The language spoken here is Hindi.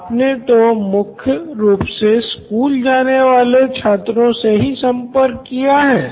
आपने तो मुख्यरूप से स्कूल जाने वाले छात्रों से ही संपर्क किया हैं